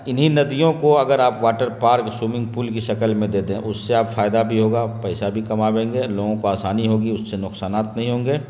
انہیں ندیوں کو اگر آپ واٹر پارک سوئمنگ پول کی شکل میں دے دیں اس سے آپ فائدہ بھی ہوگا پیسہ بھی کماویں گے لوگوں کو آسانی ہوگی اس سے نقصانات نہیں ہوں گے